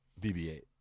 BB8